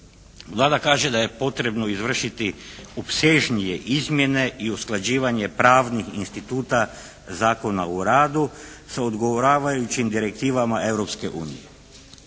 Vlada kaže da je potrebno izvršiti opsežnije izmjene i usklađivanje pravnih instituta Zakona o radu sa odgovarajućim direktivama